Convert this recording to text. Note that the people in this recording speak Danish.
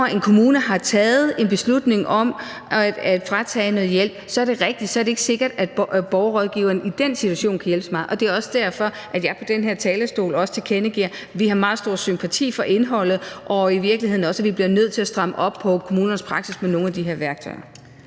en kommune har taget en beslutning om at fratage noget hjælp, er det ikke sikkert – det er rigtigt – at borgerrådgiveren i den situation kan hjælpe så meget, og det er også derfor, at jeg på den her talerstol også tilkendegiver, at vi har meget stor sympati for indholdet, og at vi i virkeligheden også bliver nødt til at stramme op på kommunernes praksis med nogle af de her værktøjer.